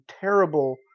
terrible